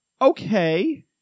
Okay